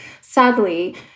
Sadly